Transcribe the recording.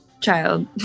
child